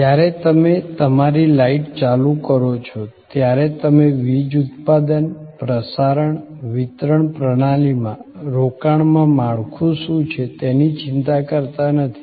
જ્યારે તમે તમારી લાઈટ ચાલુ કરો છો ત્યારે તમે વીજ ઉત્પાદન પ્રસારણ વિતરણ પ્રણાલીમાં રોકાણમાં માળખું શું છે તેની ચિંતા કરતા નથી